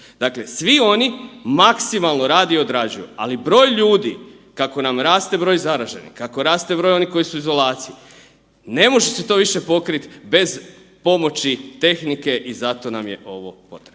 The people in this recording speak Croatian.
Dakle, svi oni maksimalno rade i odrađuju, ali broj ljudi kako nam raste broj zaraženih, kako raste broj onih koji su u izolaciji, ne može se to više pokrit bez pomoći tehnike i zato nam je ovo potrebno.